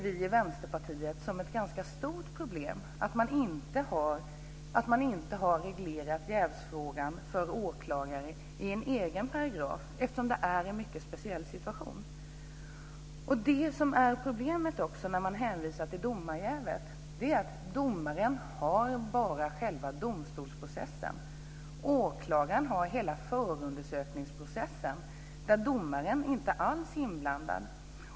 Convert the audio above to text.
Vi i Vänsterpartiet ser det som ett ganska stort problem att man inte har reglerat jävsfrågan för åklagare i en egen paragraf, eftersom de har en mycket speciell situation. Ett problem när man hänvisar till domarjävet är att domaren bara deltar i själva domstolsprocessen, medan åklagaren deltar i hela förundersökningsprocessen, där domaren inte alls är inblandad.